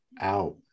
out